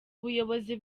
buyobozi